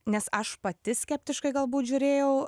nes aš pati skeptiškai galbūt žiūrėjau